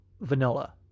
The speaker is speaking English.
vanilla